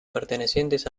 pertenecientes